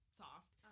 soft